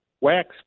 wax